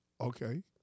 Okay